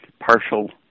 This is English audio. partial